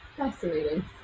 Fascinating